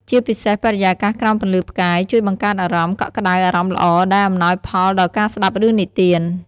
ជាពិសេសបរិយាកាសក្រោមពន្លឺផ្កាយ ជួយបង្កើតអារម្មណ៍ កក់ក្ដៅ អារម្មណ៍ល្អ ដែលអំណោយផលដល់ការស្ដាប់រឿងនិទាន ។